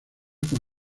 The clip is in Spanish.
con